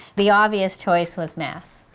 the obvious choice was math,